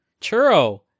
Churro